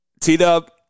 T-Dub